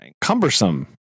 Cumbersome